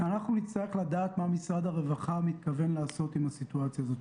נצטרך לדעת מה משרד הרווחה מתכוון לעשות עם הסיטואציה הזאת,